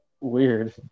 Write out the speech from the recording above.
Weird